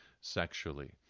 sexually